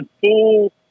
full